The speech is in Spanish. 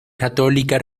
católica